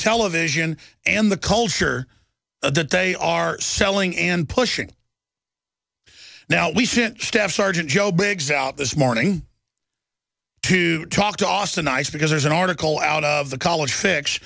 television and the culture that they are selling and pushing now we sent staff sergeant joe big south this morning to talk to austin ice because there's an article out of the college